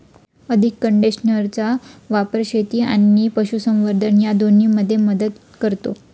अधिक कंडेन्सरचा वापर शेती आणि पशुसंवर्धन या दोन्हींमध्ये मदत करतो